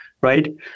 right